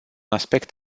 aspect